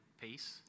pace